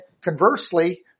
conversely